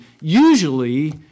usually